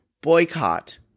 boycott